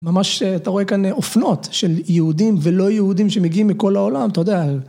ממש אתה רואה כאן אופנות של יהודים ולא יהודים שמגיעים מכל העולם אתה יודע